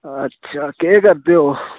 अच्छा केह् करदे ओ